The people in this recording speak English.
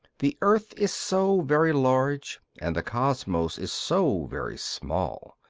the earth is so very large, and the cosmos is so very small.